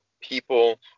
people